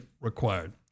required